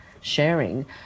sharing